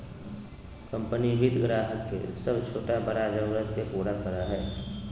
company वित्त ग्राहक के सब छोटा बड़ा जरुरत के पूरा करय हइ